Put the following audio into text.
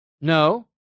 No